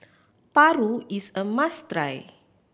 paru is a must try